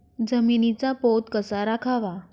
जमिनीचा पोत कसा राखावा?